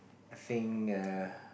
I think err